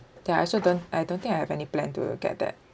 ya I also don't I don't think I have any plan to get that